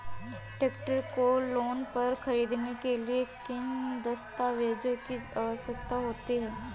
Tractor को loan पर खरीदने के लिए किन दस्तावेज़ों की आवश्यकता होती है?